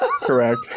Correct